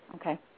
okay